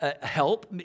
help